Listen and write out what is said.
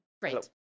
Great